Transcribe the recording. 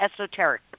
esoteric